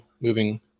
moving